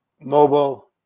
mobile